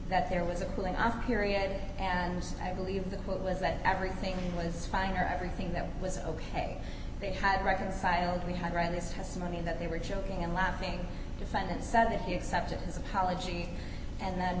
that there was a cooling off period and i believe the quote was that everything was fine or everything that was ok they had reconciled we had read this testimony that they were joking and laughing defendant said that he accepted his apology and then